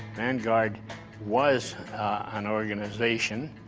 vanguard was an organization,